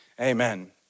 Amen